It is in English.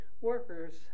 workers